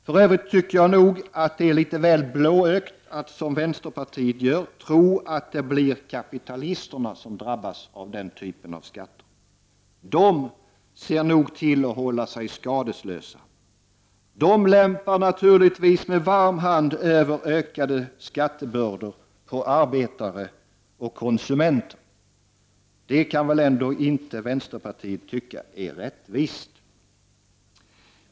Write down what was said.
För övrigt tycker jag att det är blåögt att tro att det blir kapitalisterna som drabbas av en sådan beskattning. De ser nog till att hålla sig skadeslösa. De lämpar naturligtvis med varm hand över den ökade skattebördan på arbetare och konsumenter. Det kan väl ändå vänsterpartiet inte tycka är rättvist?